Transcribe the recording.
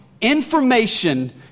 information